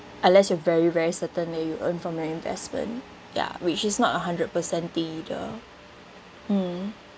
unless you're very very certain that you earn from your investment ya which is not a hundred percent either mm